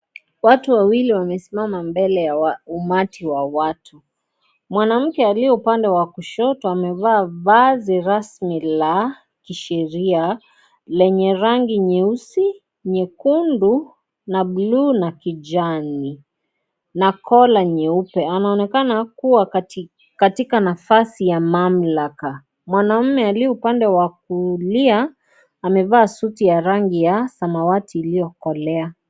Watu wawili wamesimama mbele ya umati wa watu . Mwanamke aliye upande wa kushoto amevaa vazi rasmi la kisheria lenye rangi nyeusi, nyekundu na bluu na kijani , na kola nyeupe. Anaonekana kuwa katika nafasi ya mamlaka. Mwanamume aliye upande ya kulia amevaa suti ya rangi ya samawati iliyokolea.